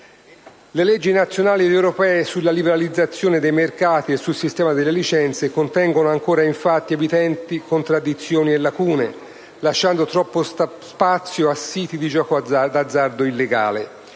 Le leggi nazionali ed europee sulla liberalizzazione dei mercati e sul sistema delle licenze contengono ancora, infatti, evidenti contraddizioni e lacune, lasciando troppo spazio a siti di gioco d'azzardo illegale.